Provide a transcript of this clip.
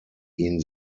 ihn